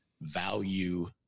value